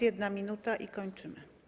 1 minuta i kończymy.